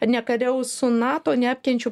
nekariaus su nato neapkenčiu